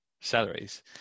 salaries